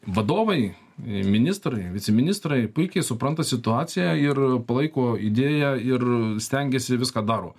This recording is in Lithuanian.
vadovai ministrai viceministrai puikiai supranta situaciją ir palaiko idėją ir stengiasi viską daro